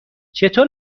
چطور